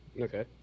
Okay